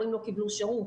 הם לא קיבלו שירות,